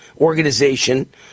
organization